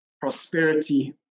prosperity